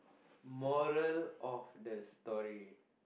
moral of the story